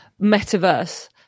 metaverse